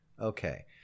Okay